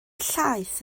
llaeth